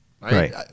Right